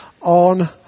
on